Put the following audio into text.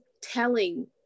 telling